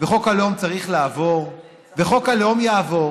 וחוק הלאום צריך לעבור וחוק הלאום יעבור,